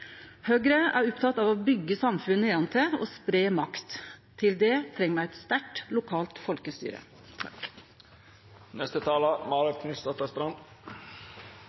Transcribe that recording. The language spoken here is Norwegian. Høgre er oppteke av å byggje samfunnet nedanfrå og spreie makt. Til det treng me eit sterkt lokalt folkestyre.